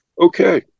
Okay